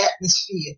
atmosphere